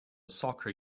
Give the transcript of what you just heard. soccer